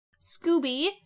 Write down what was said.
Scooby